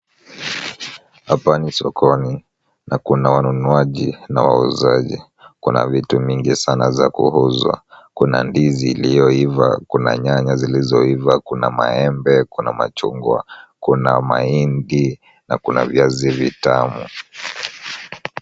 Hapa ni sokoni na kuna wanunuaji na wauzaji , kuna vitu mingi sana za kuuzwa ,kuna ndizi iliyoiva ,kuna nyanya zilizoiva ,kuna maembe, kuna machungwa, kuna mahindi na kuna viazi vitamu.